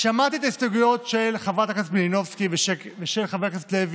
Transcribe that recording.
שמעתי את ההסתייגויות של חברת הכנסת מלינובסקי ושל חבר הכנסת לוי,